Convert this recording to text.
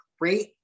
great